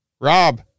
Rob